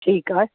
ठीकु आहे